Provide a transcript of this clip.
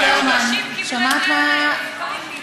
חברת הכנסת גרמן, שמעת מה, כל מילה.